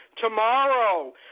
tomorrow